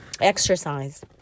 Exercise